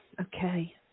Okay